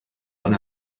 eine